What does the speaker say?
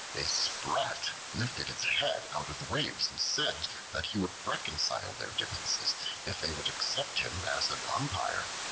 a sprat lifted its head out of the waves and said that he would reconcile their differences if they would accept him as an umpire.